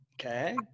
Okay